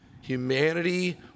Humanity